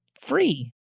free